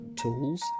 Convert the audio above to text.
tools